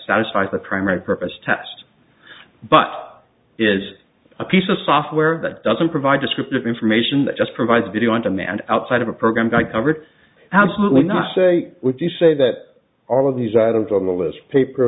satisfies the primary purpose test but is a piece of software that doesn't provide descriptive information that just provides video on demand outside of a program by covered absolutely not say we do say that all of these items on the list paper